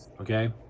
okay